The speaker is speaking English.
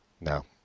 No